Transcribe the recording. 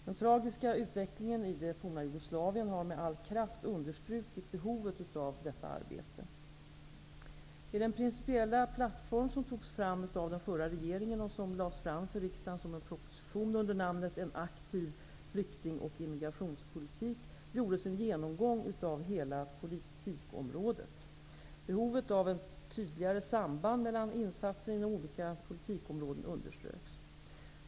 Den tragiska utvecklingen i det f.d. Jugoslavien har med all kraft understrukit behovet av detta arbete. I den principiella plattform som togs fram av den förra regeringen och som lades fram för riksdagen som en proposition med namnet en ''Aktiv flyktingoch immigrationspolitik'' gjordes en genomgång av hela politikområdet. Behovet av ett tydligare samband mellan insatser inom olika politikområden underströks.